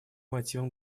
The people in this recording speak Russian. мотивам